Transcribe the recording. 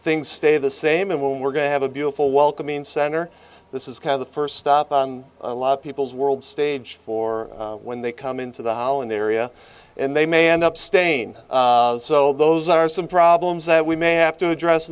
things stay the same and when we're going to have a beautiful welcoming center this is kind of the first stop on a lot of people's world stage for when they come into the hollow in the area and they may end up stain so those are some problems that we may have to address